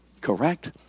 Correct